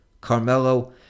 Carmelo